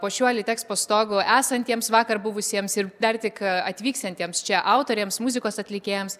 po šiuo litekspo stogu esantiems vakar buvusiems ir dar tik atvyksiantiems čia autoriams muzikos atlikėjams